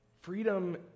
Freedom